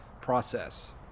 process